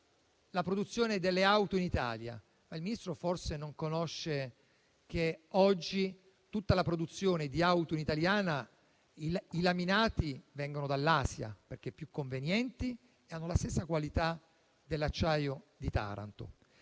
la produzione delle auto in Italia, ma forse non sa che oggi per tutta la produzione di auto in Italia i laminati vengono dall'Asia, perché sono più convenienti e hanno la stessa qualità dell'acciaio di Taranto.